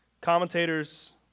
Commentators